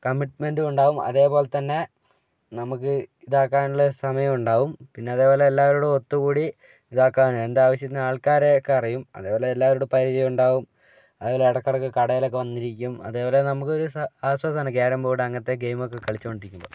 കമ്മിറ്റ്മെൻ്റും ഉണ്ടാവും അതുപോലെതന്നെ നമുക്ക് ഇതാക്കാനുള്ള സമയവും ഉണ്ടാവും പിന്നെ അതുപോലെ എല്ലാവരോടും ഒത്തുകൂടി ഇതാക്കാൻ എന്താവശ്യത്തിനും ആൾക്കാരെയൊക്കെ അറിയും അതേപോലെ എല്ലാവരോടും പരിചയം ഉണ്ടാവും അതേപോലെ ഇടക്കിടയ്ക്ക് കടയിലൊക്കെ വന്നിരിക്കും അതേപോലെ നമുക്കൊരു ആശ്വാസമാണ് കാരം ബോർഡ് അങ്ങനത്തെ ഗെയിമൊക്കെ കളിച്ചുകൊണ്ടിരിക്കുമ്പം